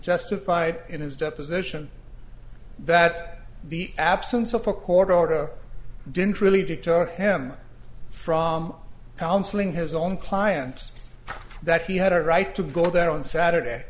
justified in his deposition that the absence of a court order didn't really deter him from counseling his own client that he had a right to go there on saturday